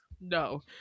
no